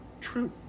truth